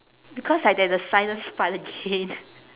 because like there's a silence part again